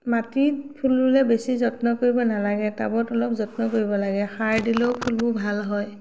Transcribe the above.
মাটিত ফুল ৰুলে বেছি যত্ন কৰিব নালাগে টাবত অলপ যত্ন কৰিব লাগে সাৰ দিলেও ফুলবোৰ ভাল হয়